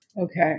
Okay